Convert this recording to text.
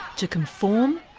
to conform,